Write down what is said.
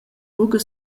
buca